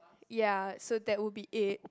ya so that would be it